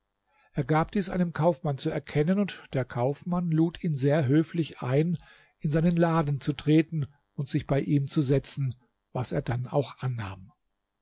er gab dies einem kaufmann zu erkennen und der kaufmann lud ihn sehr höflich ein in seinen laden zu treten und sich bei ihm zu setzten was er dann auch annahm